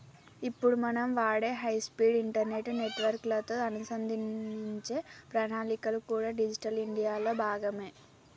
ఇప్పుడు మనం వాడే హై స్పీడ్ ఇంటర్నెట్ నెట్వర్క్ లతో అనుసంధానించే ప్రణాళికలు కూడా డిజిటల్ ఇండియా లో భాగమే